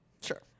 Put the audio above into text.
sure